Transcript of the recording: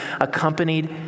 accompanied